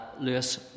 Lewis